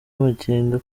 amakenga